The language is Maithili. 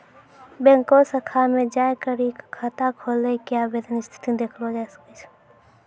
बैंको शाखा मे जाय करी क खाता खोलै के आवेदन स्थिति देखलो जाय सकै छै